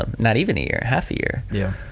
um not even a year, half a year. yeah.